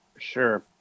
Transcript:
Sure